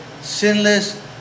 sinless